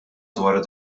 dwar